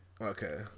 Okay